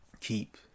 keep